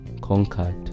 Conquered